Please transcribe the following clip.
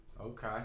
Okay